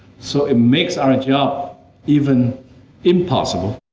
so it makes our job even impossible.